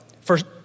first